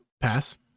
Pass